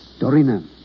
Dorina